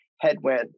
headwind